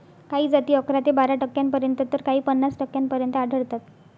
काही जाती अकरा ते बारा टक्क्यांपर्यंत तर काही पन्नास टक्क्यांपर्यंत आढळतात